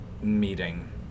Meeting